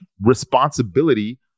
responsibility